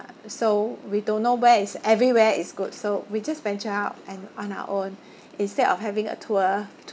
so we don't know where is everywhere is good so we just venture out and on our own instead of having a tour